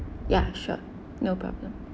ya sure no problem